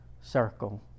circle